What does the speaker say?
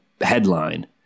headline